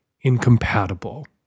incompatible